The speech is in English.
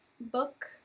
book